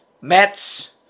Mets